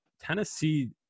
Tennessee